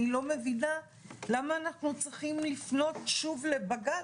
אני לא מבינה למה אנחנו צריכים לפנות שוב לבג"ץ,